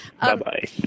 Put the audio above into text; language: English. Bye-bye